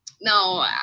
no